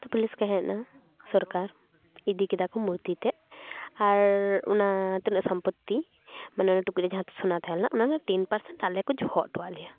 ᱛᱚ ᱯᱩᱞᱤᱥ ᱠᱚ ᱦᱮᱡᱱᱟ ᱥᱚᱨᱠᱟᱨ ᱤᱫᱤᱠᱮᱫᱟ ᱠᱚ ᱢᱩᱨᱛᱤ ᱛᱮᱫ ᱟᱨ ᱚᱱᱟ ᱛᱤᱱᱟᱹᱜ ᱥᱚᱢᱯᱚᱛᱛᱤ ᱢᱟᱱᱮ ᱚᱱᱟ ᱴᱩᱠᱩᱡ ᱨᱮ ᱡᱟᱦᱟᱸ ᱛᱤᱱᱟᱹᱜ ᱥᱚᱱᱟ ᱛᱟᱦᱮᱸ ᱞᱮᱱᱟ ᱚᱱᱟᱨᱮᱱᱟᱜ ᱴᱮᱱ ᱯᱟᱨᱥᱮᱱ ᱟᱞᱮ ᱠᱚ ᱫᱚᱦᱚ ᱦᱚᱴᱚᱣᱟᱫ ᱞᱮᱭᱟ